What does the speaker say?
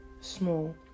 small